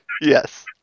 Yes